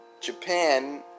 Japan